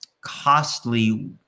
costly